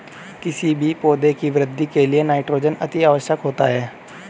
किसी भी पौधे की वृद्धि के लिए नाइट्रोजन अति आवश्यक होता है